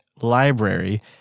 library